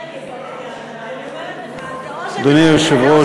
אדוני היושב-ראש,